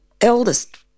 eldest